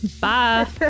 bye